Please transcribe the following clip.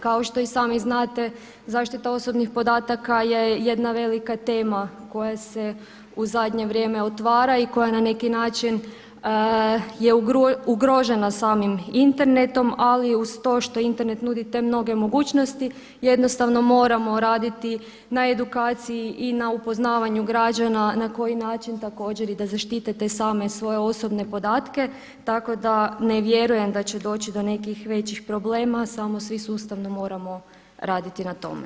Kao što i sami znate zaštita osobnih podataka je jedna velika tema koja se u zadnje vrijeme otvara i koja na neki način je ugrožena samim internetom, ali uz to što Internet nudi te mnoge mogućnosti jednostavno moramo raditi na edukciji i na upoznavanju građana na koji način također da zaštite te same svoje osobne podatke, tako da ne vjerujem da će doći do nekih većih problema, samo svi sustavno moramo raditi na tome.